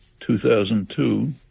2002